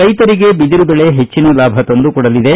ರೈತರಿಗೆ ಬಿದಿರು ಬೆಳೆ ಹೆಚ್ಚನ ಲಾಭ ತಂದು ಕೊಡಲಿದೆ